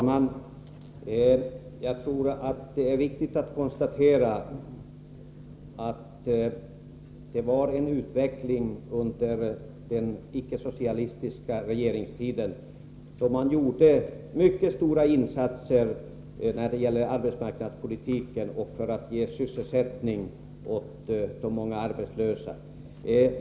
Herr talman! Det är viktigt att konstatera att man under den ickesocialistiska regeringstiden gjorde mycket stora arbetsmarknadspolitiska insatser för att ge sysselsättning åt de många arbetslösa.